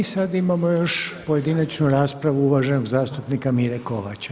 I sada imamo još pojedinačnu raspravu uvaženog zastupnika Mire Kovača.